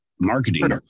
marketing